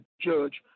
judge